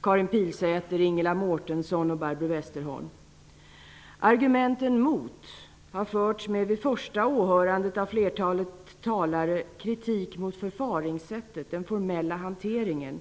Karin Pilsäter, Ingela Mårtensson och Barbro Westerholm. Argumenten mot har förts med, vid första åhörandet av flertalet talare, kritik mot förfaringssättet och den formella hanteringen.